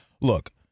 look